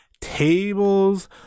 tables